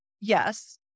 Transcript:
Yes